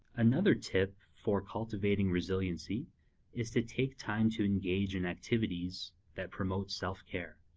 another tip for cultivating resiliency is to take time to engage in activities that promote self-care.